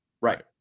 Right